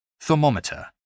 Thermometer